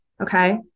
Okay